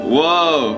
Whoa